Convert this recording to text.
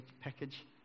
package